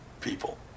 people